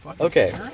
Okay